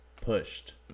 pushed